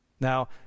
Now